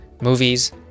movies